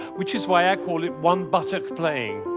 which is why i call it one-buttock playing.